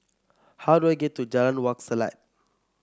how do I get to Jalan Wak Selat